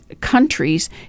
countries